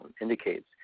indicates